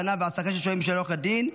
הלנה והעסקה של שוהים שלא כדין),